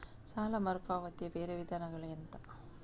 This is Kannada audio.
ಸಾಲ ಮರುಪಾವತಿಯ ಬೇರೆ ವಿಧಾನಗಳು ಎಂತ?